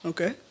Okay